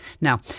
now